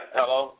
Hello